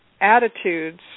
attitudes